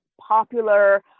popular